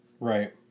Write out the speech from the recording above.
Right